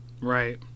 Right